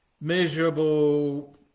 measurable